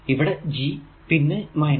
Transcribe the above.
ഇവിടെ G പിന്നെ G